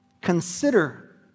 consider